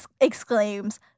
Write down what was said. exclaims